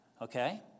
Okay